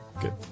Good